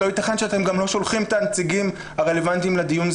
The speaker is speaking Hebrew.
לא ייתכן שאתם גם לא שולחים את הנציגים הרלבנטיים לדיון,